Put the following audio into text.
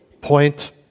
Point